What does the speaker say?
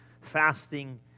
fasting